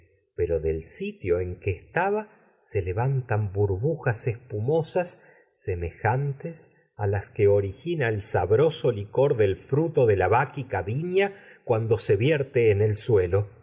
pero del sitio en estaba se le vantan burbujas espumosas semejantes licor del las que origi cuando no na el sabroso fruto de la báquica viña se vierte en el suelo